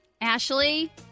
Ashley